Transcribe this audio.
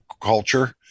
culture